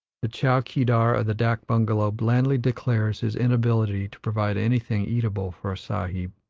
the chow-keedar of the dak bungalow blandly declares his inability to provide anything eatable for a sahib,